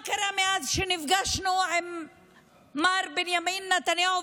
מה קרה מאז שנפגשנו עם מר בנימין נתניהו?